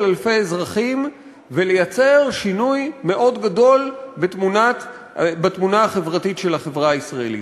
אלפי אזרחים ולייצר שינוי מאוד גדול בתמונה החברתית של החברה הישראלית.